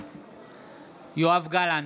בעד יואב גלנט,